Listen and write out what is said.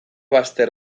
bazter